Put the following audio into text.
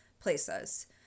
places